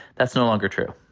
that's no longer true.